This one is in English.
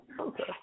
Okay